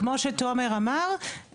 זה כמו שתומר אמר,